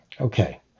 Okay